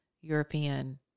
European